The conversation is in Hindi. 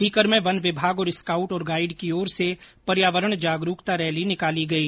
सीकर में वन विभाग और स्काउट और गाईड की और से पर्यावरण जागरूकता रैली निकाली गई